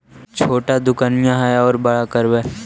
छोटा दोकनिया है ओरा बड़ा करवै?